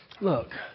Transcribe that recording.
look